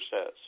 says